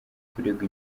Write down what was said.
kuregwa